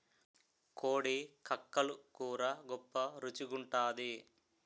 కోడి కక్కలు కూర గొప్ప రుచి గుంటాది